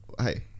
Hey